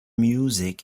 music